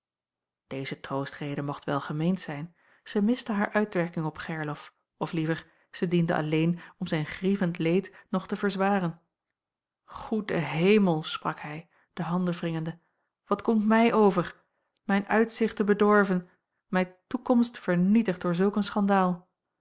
deze troostrede mocht welgemeend zijn zij miste haar uitwerking op gerlof of liever zij diende alleen om zijn grievend leed nog te verzwaren goede hemel sprak hij de handen wringende wat komt mij over mijn uitzichten bedorven mijn toekomst vernietigd door zulk een schandaal